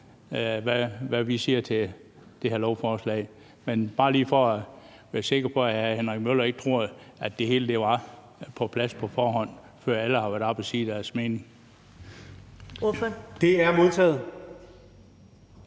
parti – siger til det her lovforslag. Men det er bare lige for at være sikker på, at hr. Henrik Møller ikke tror, at det hele var på plads på forhånd, før alle har været oppe at sige deres mening. Kl. 13:21 Første